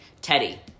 Teddy